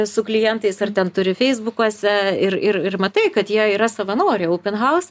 su klientais ar ten turi feisbukuose ir ir ir matai kad jie yra savanoriai open house